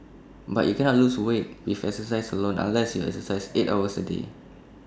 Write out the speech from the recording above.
but you cannot lose weight if exercise alone unless you exercise eight hours A day